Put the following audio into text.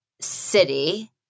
city